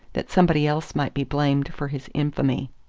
that somebody else might be blamed for his infamy.